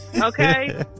Okay